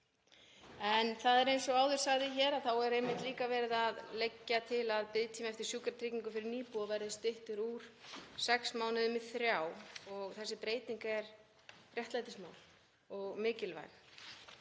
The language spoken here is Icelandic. hætti. Eins og áður sagði þá er hér einmitt líka verið að leggja til að biðtími eftir sjúkratryggingum fyrir nýbúa verði styttur úr sex mánuðum í þrjá og þessi breyting er réttlætismál og mikilvæg.